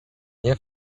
nie